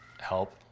help